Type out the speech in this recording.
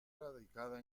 radicada